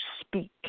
speak